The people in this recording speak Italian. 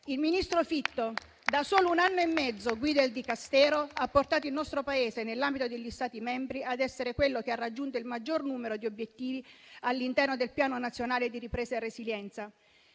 Il ministro Fitto, da solo un anno e mezzo a guida del Dicastero, ha portato il nostro Paese, nell'ambito degli Stati membri, ad essere quello che ha raggiunto il maggior numero di obiettivi all'interno del Piano nazionale di ripresa e resilienza.